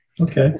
Okay